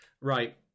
Right